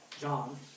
John